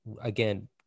again